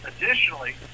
Additionally